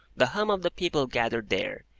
the hum of the people gathered there,